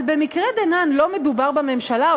אבל במקרה דנן לא מדובר בממשלה,